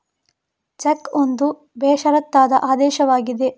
check ಒಂದು ಬೇಷರತ್ತಾದ ಆದೇಶವಾಗಿದೆ